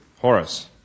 Horace